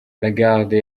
lagarde